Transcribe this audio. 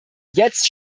jetzt